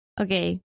Okay